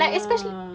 ya